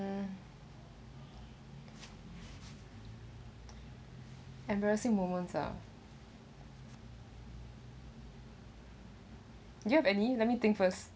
mm embarrassing moments ah do you have any let me think first